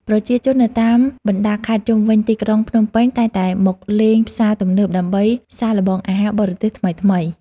ប្រជាជននៅតាមបណ្តាខេត្តជុំវិញទីក្រុងភ្នំពេញតែងតែមកលេងផ្សារទំនើបដើម្បីសាកល្បងអាហារបរទេសថ្មីៗ។